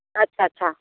अच्छा अच्छा